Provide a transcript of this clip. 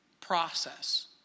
process